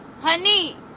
Honey